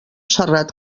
serrat